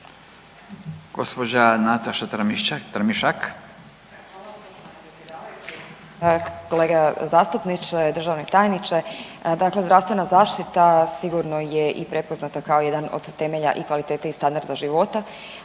Gospođa Nataša Tramišak.